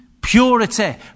purity